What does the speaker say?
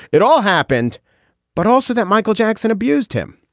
it all happened but also that michael jackson abused him.